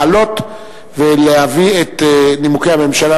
לעלות ולהביא את נימוקי הממשלה,